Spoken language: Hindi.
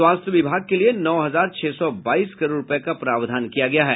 स्वास्थ्य विभाग के लिए नौ हजार छह सौ बाईस करोड़ रूपये का प्रावधान किया गया है